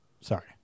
sorry